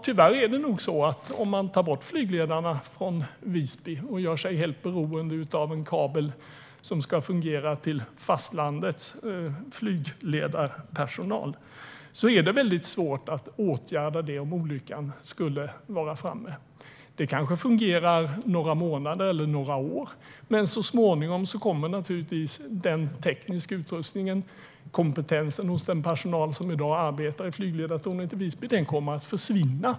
Tyvärr är det nog så att om man tar bort flygledarna från Visby och gör sig helt beroende av en kabel till fastlandet är det väldigt svårt att åtgärda det om olyckan skulle vara framme. Det kanske fungerar några månader eller några år, men så småningom kommer naturligtvis den tekniska utrustningen och kompetensen hos den personal som arbetar i flygledartornet i Visby att försvinna.